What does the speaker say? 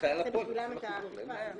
שהמדינה תגבה עבורם את הקנסות.